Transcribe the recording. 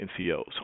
NCOs